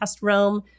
realm